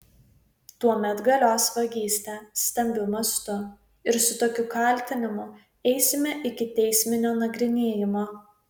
tuomet galios vagystė stambiu mastu ir su tokiu kaltinimu eisime iki teisminio nagrinėjimo